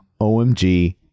OMG